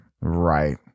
Right